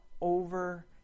over